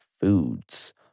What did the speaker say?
foods